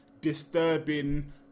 Disturbing